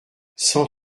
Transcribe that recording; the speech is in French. cent